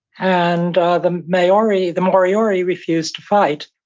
and the moriori the moriori refused to fight,